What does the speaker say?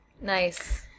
nice